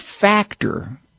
factor